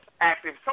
active